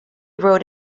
wrote